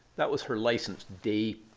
that was her licensed day